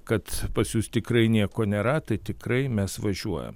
kad pas jus tikrai nieko nėra tai tikrai mes važiuojam